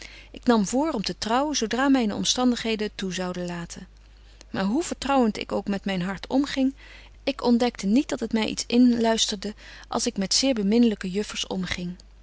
ik nam voor om te trouwen zo dra myne omstandigheden het toe zouden laten maar hoe vertrouwent ik ook met myn hart omging ik betje wolff en aagje deken historie van mejuffrouw sara burgerhart ontdekte niet dat het my iets inluisterde als ik met zeer beminlyke juffers omging